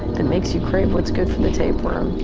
that makes you crave what's good for the tapeworm,